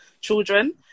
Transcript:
children